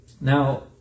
Now